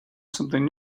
something